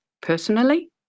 personally